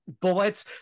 bullets